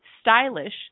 stylish